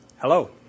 Hello